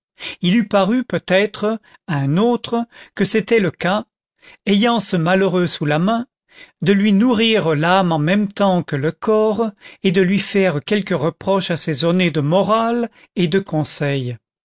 il eût paru peut-être à un autre que c'était le cas ayant ce malheureux sous la main de lui nourrir l'âme en même temps que le corps et de lui faire quelque reproche assaisonné de morale et de conseil